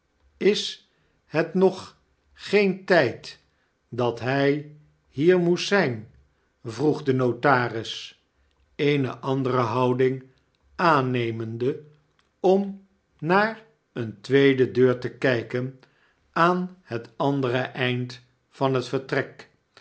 ls het nog geen tp dat hy hier moest zp vroeg de notaris eene andere houding aannemende om naar eene tweede deur te kg ken aan het andere eind van het vertrek